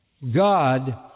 God